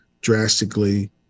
drastically